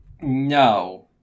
No